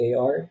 AR